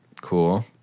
Cool